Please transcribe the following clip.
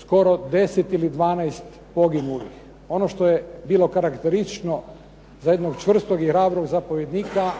skoro 10 ili 12 poginulih. Ono što je bilo karakteristično za jednog čvrstog i hrabrog zapovjednika